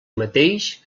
mateix